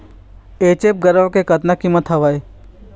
HF गरवा के कतका कीमत हवए?